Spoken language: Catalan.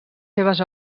seves